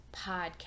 podcast